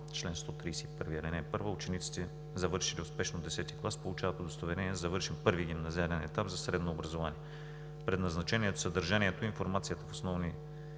чл. 131, ал. 1, учениците, завършили успешно Х клас, получават удостоверение за завършен първи гимназиален етап за средно образование. Предназначението, съдържанието и информацията в основни